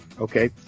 okay